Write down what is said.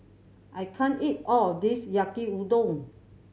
I can't eat all of this Yaki Udon